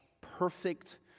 perfect